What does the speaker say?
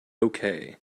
okay